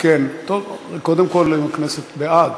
קודם כול, הכנסת בעד.